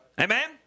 amen